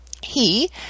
He